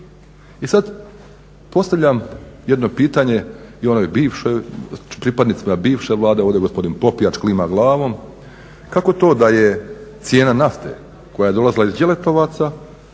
I sad postavljam jedno pitanje i onoj bivšoj, pripadnicima bivše Vlade, ovdje je gospodin Popijač, klima glavom, kako to da je cijena nafte koja je dolazila iz Đeletovaca